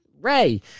Ray